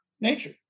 nature